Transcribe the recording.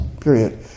period